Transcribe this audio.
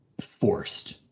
forced